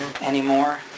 anymore